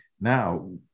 Now